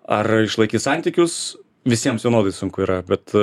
ar išlaikyt santykius visiems vienodai sunku yra bet